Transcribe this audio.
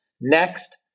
Next